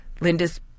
Linda's